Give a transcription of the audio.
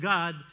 God